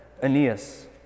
Aeneas